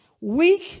weak